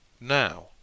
Now